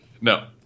no